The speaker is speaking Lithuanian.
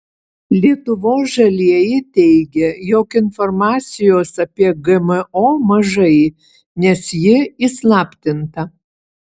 lietuvos žalieji teigia jog informacijos apie gmo mažai nes ji įslaptinta